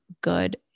good